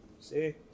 see